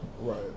Right